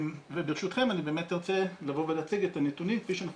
וברשותכם אני ארצה להציג את הנתונים כפי שאנחנו